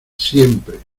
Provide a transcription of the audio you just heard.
siempre